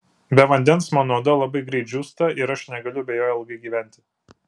be vandens mano oda labai greit džiūsta ir aš negaliu be jo ilgai gyventi